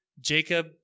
Jacob